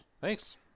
thanks